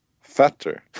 fatter